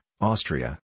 Austria